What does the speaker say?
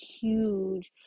huge